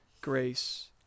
grace